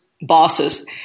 bosses